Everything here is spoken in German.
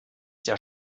der